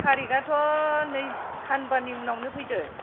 थारिगआथ' नै सानबानि उनावनो फैदो